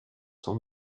sont